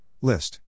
List